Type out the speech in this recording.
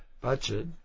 Budget